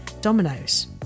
dominoes